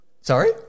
Sorry